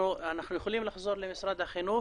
אנחנו יכולים לחזור למשרד החינוך.